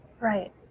Right